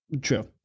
True